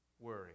worry